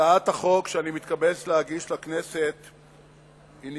שחברת הכנסת סולודקין מעלה הוא